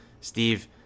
Steve